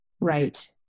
Right